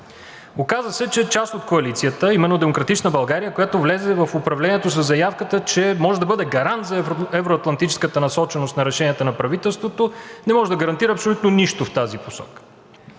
Оказа се, че част от коалицията, а именно „Демократична България“, която влезе в управлението със заявката, че може да бъде гарант за евро-атлантическата насоченост на решенията на правителството, не може да гарантира абсолютно нищо в тази посока.